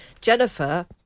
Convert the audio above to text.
Jennifer